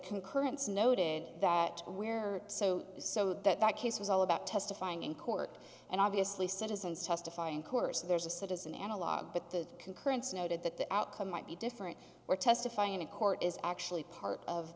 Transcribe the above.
concurrence noted that we are so so that case was all about testifying in court and obviously citizens testifying course there's a citizen analogue but the concurrence noted that the outcome might be different or testifying in court is actually part of